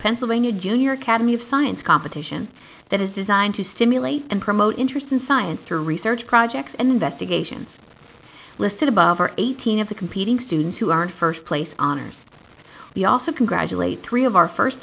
pennsylvania junior cademy of science competition that is designed to stimulate and promote interest in science to research projects and investigations listed above are eighteen of the competing students who are in first place honors the also congratulate three of our first